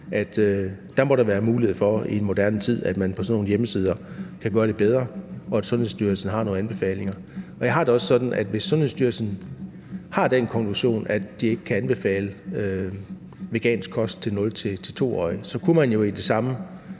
tid må være mulighed for, at man på sådan nogle hjemmesider kan gøre det bedre, og at Sundhedsstyrelsen har nogle anbefalinger. Jeg har det også sådan, at hvis Sundhedsstyrelsen har den konklusion, at de ikke kan anbefale vegansk kost til 0-2-årige, så kunne man jo i den samme